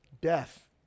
Death